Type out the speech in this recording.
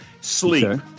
Sleep